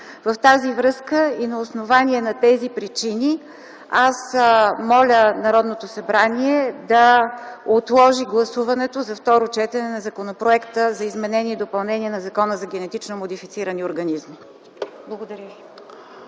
В тази връзка и на основание на тези причини моля Народното събрание да отложи гласуването за второ четене на Законопроекта за изменение и допълнение на Закона за генетично модифицираните организми. Благодаря ви.